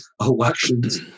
elections